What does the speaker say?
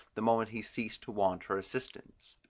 the moment he ceased to want her assistance.